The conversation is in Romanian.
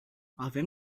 avem